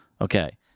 Okay